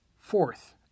Fourth